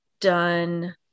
done